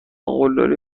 قلدری